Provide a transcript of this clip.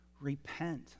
Repent